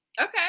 okay